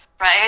right